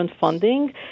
funding